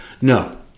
No